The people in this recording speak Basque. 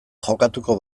jokatuko